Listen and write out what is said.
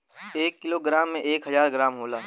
एक kilo gram में एक हजार ग्राम होला